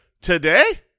Today